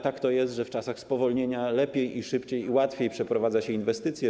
Tak to jest, że w czasach spowolnienia lepiej, szybciej i łatwiej przeprowadza się inwestycje.